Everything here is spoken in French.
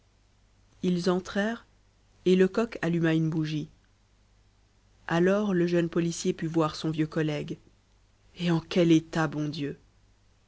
ils entrèrent et lecoq alluma une bougie alors le jeune policier put voir son vieux collègue et en quel état bon dieu